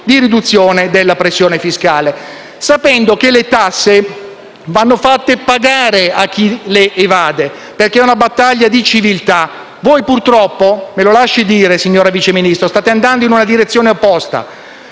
di riduzione della pressione fiscale, sapendo che le tasse vanno fatte pagare a chi le evade, perché è una battaglia di civiltà. Voi purtroppo - me lo lasci dire, signor Vice Ministro - state andando in una direzione opposta: